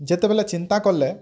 ଯେତେବେଲେ ଚିନ୍ତା କଲେ